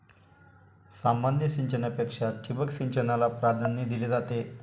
सामान्य सिंचनापेक्षा ठिबक सिंचनाला प्राधान्य दिले जाते